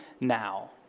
now